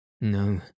No